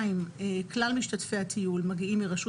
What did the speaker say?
" כלל משתתפי הטיול מגיעים מרשות